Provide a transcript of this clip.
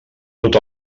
tot